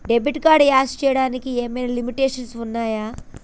Debit card use చేయడానికి ఏమైనా limitations ఉన్నాయా?